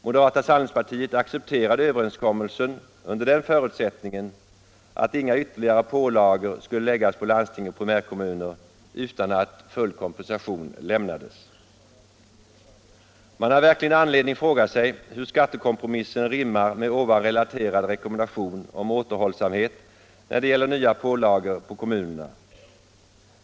Moderata samlingspartiet accepterade överenskommelsen under den förutsättningen att inga ytterligare pålagor skulle läggas på landsting och primärkommuner utan att full kompensation lämnades. Man har verkligen anledning fråga sig hur skattekompromissen rimmar med den relaterade rekommendationen om återhållsamhet när det gäller nya pålagor på kommunerna.